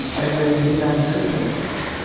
are you ready to get down to business?